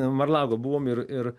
mar lago buvom ir ir